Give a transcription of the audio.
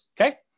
okay